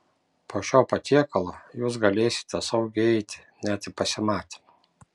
po šio patiekalo jūs galėsite saugiai eiti net į pasimatymą